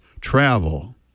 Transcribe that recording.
Travel